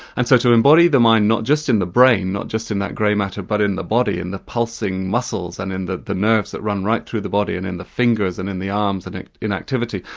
and so to embody the mind not just in the brain, not just in that grey matter but in the body, in the pulsing muscles and in the the nerves that run right through the body and in the fingers and in the arms and in activity,